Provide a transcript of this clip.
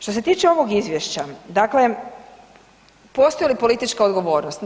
Što se tiče ovog izvješća, dakle postoji li politička odgovornost?